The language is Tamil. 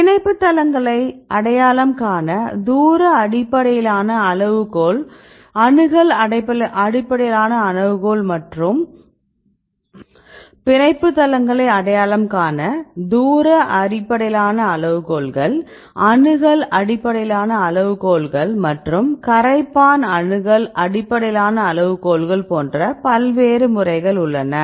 பிணைப்பு தளங்களை அடையாளம் காண தூர அடிப்படையிலான அளவுகோல்கள் அணுகல் அடிப்படையிலான அளவுகோல்கள் மற்றும் கரைப்பான் அணுகல் அடிப்படையிலான அளவுகோல்கள் போன்ற பல்வேறு முறைகள் உள்ளன